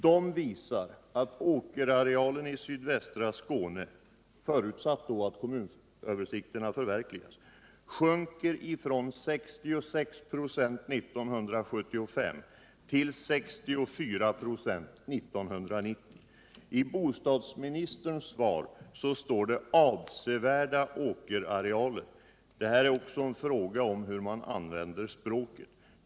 De visar att åkerarealen i sydvästra Skåne — förutsatt att kommunöversikterna kan förverkligas — minskar från 66 5 19753 till 64 25 1990. I bostadsministerns svar talas det om ”avsevärda arealer”. Det här är också en fråga om hur man använder språket.